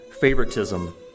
favoritism